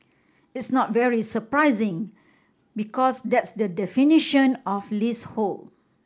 it's not very surprising because that's the definition of leasehold